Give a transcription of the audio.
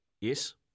Yes